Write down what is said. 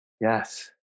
Yes